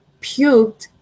puked